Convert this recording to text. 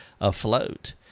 afloat